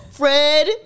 fred